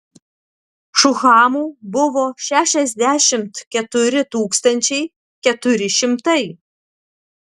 šuhamų buvo šešiasdešimt keturi tūkstančiai keturi šimtai